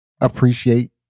appreciate